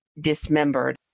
dismembered